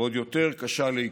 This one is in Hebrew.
ועוד יותר קשה לעיכול.